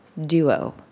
duo